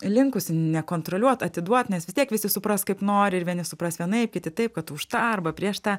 linkusi nekontroliuot atiduot nes vis tiek visi supras kaip nori ir vieni supras vienaip kiti taip kad tu už tą prieš tą